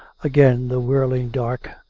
again the whirling dark,